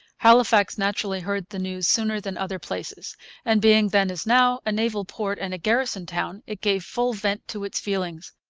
halifax naturally heard the news sooner than other places and being then, as now, a naval port and a garrison town, it gave full vent to its feelings.